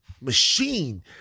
machine